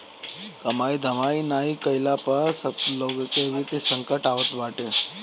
कमाई धमाई नाइ कईला पअ सबके लगे वित्तीय संकट आवत बाटे